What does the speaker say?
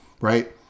right